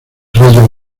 rayo